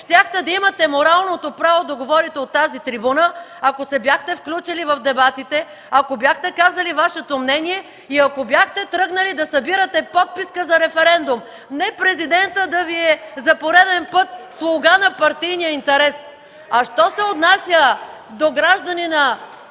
Щяхте да имате моралното право да говорите от тази трибуна, ако се бяхте включили в дебатите, ако бяхте казали Вашето мнение и ако бяхте тръгнали да събирате подписка за референдум, не Президентът да Ви е за пореден път слуга на партийния интерес! А що се отнася до гражданина